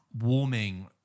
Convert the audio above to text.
warming